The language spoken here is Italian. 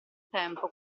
tempo